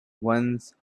once